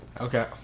Okay